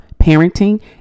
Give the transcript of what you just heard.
parenting